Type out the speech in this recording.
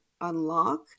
unlock